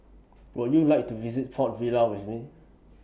Would YOU like to visit Port Vila with Me